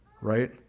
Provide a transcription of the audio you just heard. Right